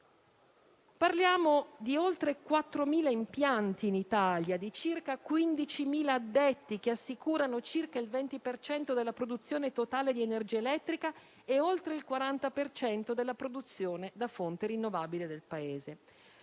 Parliamo di oltre 4.000 impianti in Italia, di circa 15.000 addetti, che assicurano circa il 20 per cento della produzione totale di energia elettrica e oltre il 40 per cento della produzione da fonte rinnovabile del Paese.